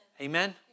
Amen